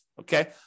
Okay